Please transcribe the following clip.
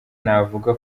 navuga